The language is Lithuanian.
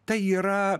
tai yra